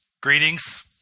greetings